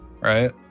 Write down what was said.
right